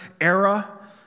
era